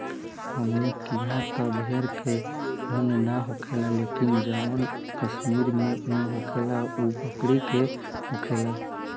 हमनी किहा त भेड़ के उन ना होखेला लेकिन जवन कश्मीर में उन होखेला उ बकरी के होखेला